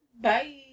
Bye